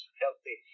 healthy